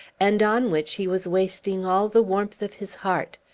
and on which he was wasting all the warmth of his heart,